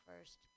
first